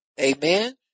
Amen